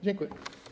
Dziękuję.